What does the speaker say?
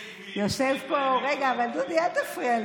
לכן הוא מקבל אבטחה.